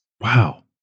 Wow